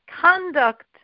conduct